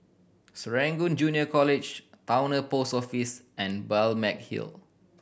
Serangoon Junior College Towner Post Office and Balmeg Hill